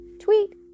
Tweet